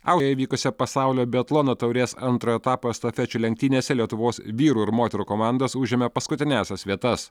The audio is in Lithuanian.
auje vykusio pasaulio biatlono taurės antro etapo estafečių lenktynėse lietuvos vyrų ir moterų komandos užėmė paskutiniąsias vietas